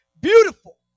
Beautiful